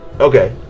Okay